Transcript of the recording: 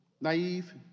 Naive